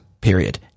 period